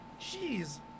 Jeez